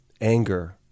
Anger